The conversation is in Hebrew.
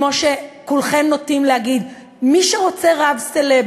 כמו שכולכם נוטים להגיד: מי שרוצה רב סלב.